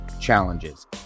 challenges